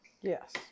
Yes